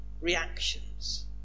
Reactions